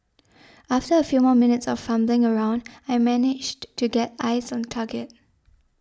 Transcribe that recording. after a few more minutes of fumbling around I managed to get eyes on target